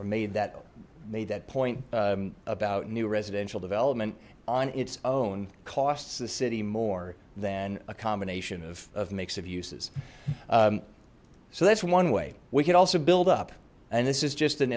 made that made that point about new residential development on its own costs the city more than a combination of mix of uses so that's one way we could also build up and this is just an